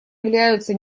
являются